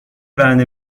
برنده